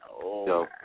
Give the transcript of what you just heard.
No